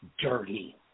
dirty